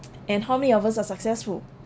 and how many of us are successful